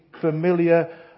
familiar